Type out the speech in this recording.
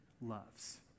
loves